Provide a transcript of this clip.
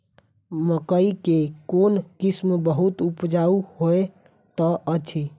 मकई केँ कोण किसिम बहुत उपजाउ होए तऽ अछि?